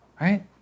Right